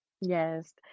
Yes